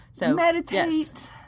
Meditate